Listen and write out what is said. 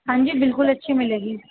ہاں جی بالکل اچھی ملے گی